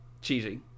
cheesy